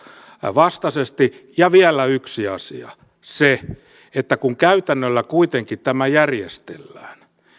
vastaisesti ja vielä yksi asia se että kun käytännöllä kuitenkin tämä järjestellään